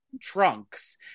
trunks